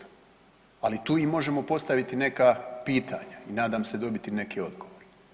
Ali tu im možemo postaviti neka pitanja i nadam se dobiti neki odgovor.